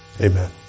Amen